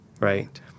right